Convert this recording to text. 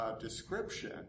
description